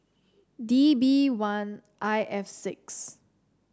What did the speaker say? D B one I F six